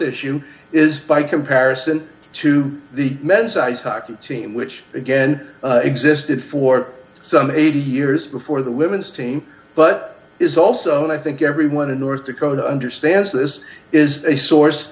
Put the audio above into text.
issue is by comparison to the men's ice hockey team which again existed for some eighty years before the women's team but is also and i think everyone in north dakota understands this is a source